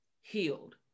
healed